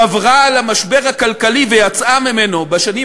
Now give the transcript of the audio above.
גברה על המשבר הכלכלי ויצאה ממנו בשנים